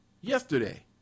yesterday